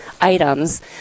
items